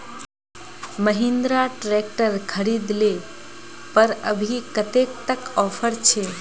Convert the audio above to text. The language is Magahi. महिंद्रा ट्रैक्टर खरीद ले पर अभी कतेक तक ऑफर छे?